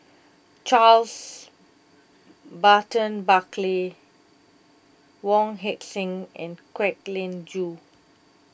Charles Burton Buckley Wong Heck Sing and Kwek Leng Joo